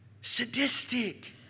sadistic